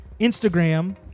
Instagram